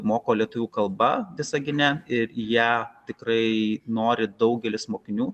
moko lietuvių kalba visagine ir ją tikrai nori daugelis mokinių